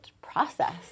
process